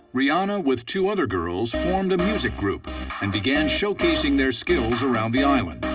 rihanna, with two other girls, formed a music group and began showcasing their skills around the island.